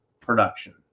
production